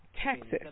Texas